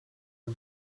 het